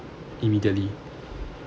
immediately